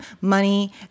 money